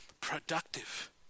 Productive